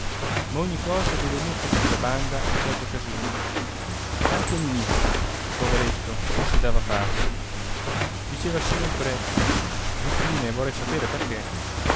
ma ogni cosa deve mettersi da banda in certe occasioni anche ninì poveretto non si dava pace diceva sempre infine vorrei sapere perché